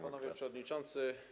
Panowie Przewodniczący!